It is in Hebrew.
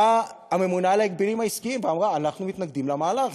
באה הממונה על ההגבלים העסקיים ואמרה: אנחנו מתנגדים למהלך,